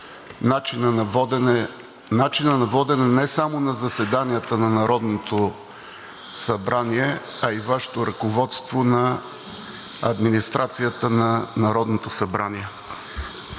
начина на водене не само на заседанията на Народното събрание, а и Вашето ръководство на администрацията на Народното събрание.